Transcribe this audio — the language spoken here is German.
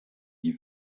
die